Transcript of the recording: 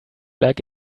like